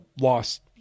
lost